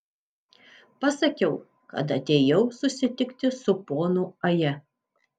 pasakiau kad atėjau susitikti su ponu aja